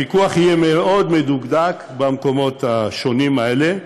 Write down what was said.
הפיקוח יהיה מאוד מדוקדק במקומות האלה,